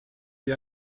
wie